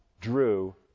drew